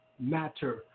matter